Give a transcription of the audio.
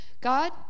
God